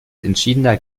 entschiedener